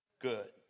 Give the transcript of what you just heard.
good